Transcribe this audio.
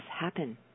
happen